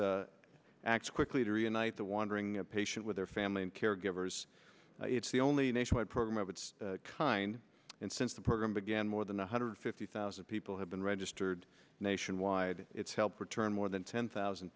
act quickly to reunite the wandering a patient with their family and caregivers it's the only nationwide program of its kind and since the program began more than one hundred fifty thousand people have been registered nationwide it's helped return more than ten thousand